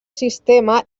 sistema